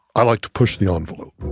i like to push the envelope.